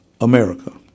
America